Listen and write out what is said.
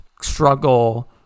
struggle